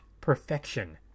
perfection